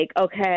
okay